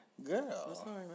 Girl